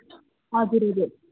हजुर दिदी